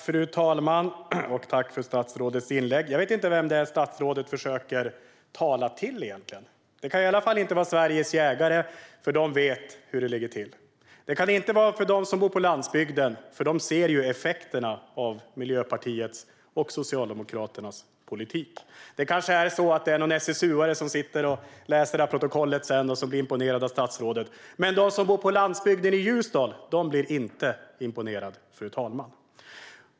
Fru talman! Jag tackar för statsrådets inlägg. Jag vet inte vem det är statsrådet försöker tala till. Det kan i alla fall inte vara till Sveriges jägare, för de vet hur det ligger till. Det kan inte vara till dem som bor på landsbygden, för de ser effekterna av Miljöpartiets och Socialdemokraternas politik. Kanske blir någon SSU:are som läser detta protokoll sedan imponerad av statsrådet, men de som bor på landsbygden i Ljusdal blir inte imponerade.